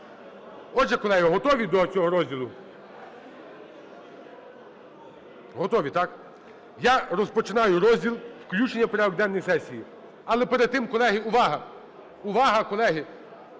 Отже, колеги, готові до цього розділу? Готові, так? Я розпочинаю розділ включення в порядок денний сесії. Але перед тим, колеги, увага! Увага, колеги!